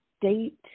date